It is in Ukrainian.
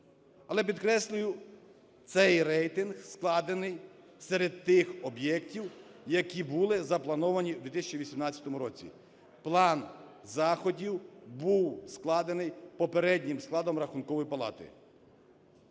але, підкреслюю, цей рейтинг складений серед тих об'єктів, які були заплановані в 2018 році. План заходів був складений попереднім складом Рахункової палати.